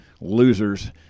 Losers